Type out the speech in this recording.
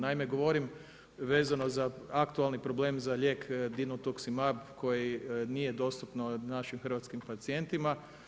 Naime, govorim vezano za aktualni problem za lijek Dinutuximab koji nije dostupno našim hrvatskim pacijentima.